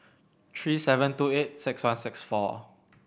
three seven two eight six one six four